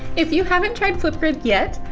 if you haven't tried flipgrid yet,